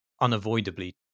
unavoidably